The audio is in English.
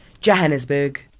Johannesburg